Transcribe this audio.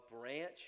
branch